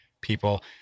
people